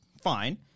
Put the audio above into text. fine